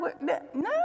no